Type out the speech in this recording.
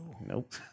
Nope